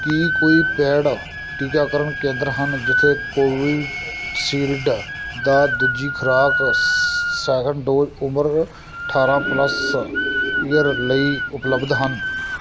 ਕੀ ਕੋਈ ਪੇਡ ਟੀਕਾਕਰਨ ਕੇਂਦਰ ਹਨ ਜਿੱਥੇ ਕੋਵਿਸ਼ਿਲਡ ਦਾ ਦੂਜੀ ਖੁਰਾਕ ਸੈਕਿੰਡ ਡੋਜ ਉਮਰ ਅਠਾਰਾਂ ਪਲੱਸ ਈਅਰ ਲਈ ਉਪਲਬਧ ਹਨ